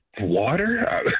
Water